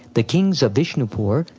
the kings of vishnupur,